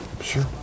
sure